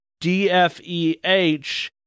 DFEH